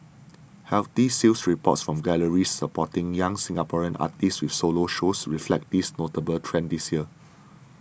healthy sales reports from galleries supporting young Singaporean artists with solo shows reflect this notable trend this year